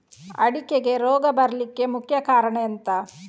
ಅಡಿಕೆಗೆ ರೋಗ ಬರ್ಲಿಕ್ಕೆ ಮುಖ್ಯ ಕಾರಣ ಎಂಥ?